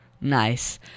Nice